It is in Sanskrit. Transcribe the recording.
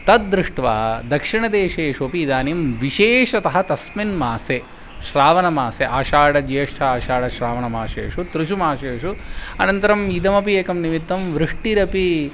तद्दृष्ट्वा दक्षिणदेशेषु अपि इदानीं विशेषतः तस्मिन् मासे श्रावणमासे आषाढज्येष्ठ आषाढश्रावणमाशेषु त्रिषु मासेषु अनन्तरम् इदमपि एकं निमित्तं वृष्टिरपि